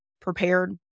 prepared